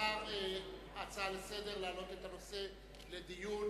השר, הצעה לסדר-היום, להעלות את הנושא לדיון.